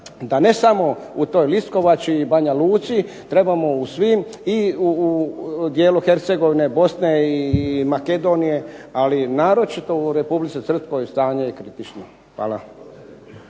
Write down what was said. da ne samo u toj Liskovači i Banja Luci trebamo u svim i u dijelu Hercegovine, Bosne i Makedonije, ali naročito u Republici Srpskoj stanje je kritično. Hvala.